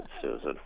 Susan